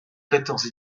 quatorze